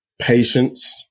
patience